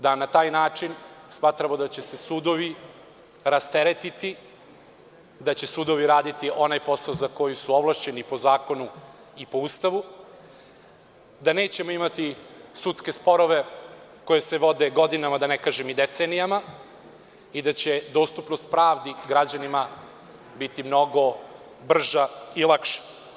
Na taj način, smatramo da će se sudovi rasteretiti i da će sudovi raditi onaj posao za koji su ovlašćeni po zakonu i po Ustavu, da nećemo imati sudske sporove koji se vode godinama, da ne kažem i decenijama i da će dostupnost pravdi, građanima, biti mnogo brža i lakša.